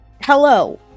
Hello